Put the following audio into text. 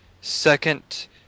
second